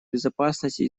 безопасности